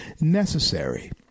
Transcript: necessary